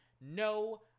no